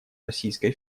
российской